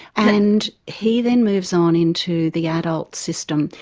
and he then moves on into the adult system.